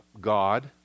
God